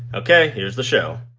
ok. here's the show